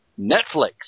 Netflix